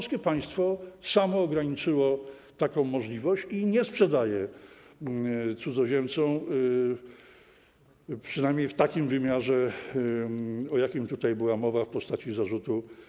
Samo państwo polskie ograniczyło taką możliwość i nie sprzedaje ziemi cudzoziemcom, przynajmniej w takim wymiarze, o jakim tutaj była mowa w postaci zarzutu.